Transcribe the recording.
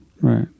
Right